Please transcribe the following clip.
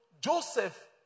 Joseph